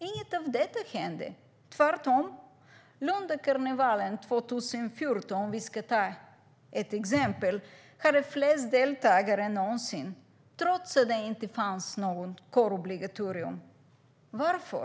Inget av detta hände. Tvärtom hade Lundakarnevalen 2014, för att ta ett exempel, fler deltagare än någonsin, trots att det inte fanns något kårobligatorium. Varför?